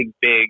big